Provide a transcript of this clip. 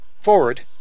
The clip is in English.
Forward